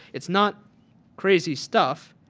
it is not crazy stuff,